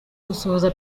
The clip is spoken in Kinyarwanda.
gusuhuza